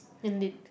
indeed